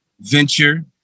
venture